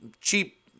cheap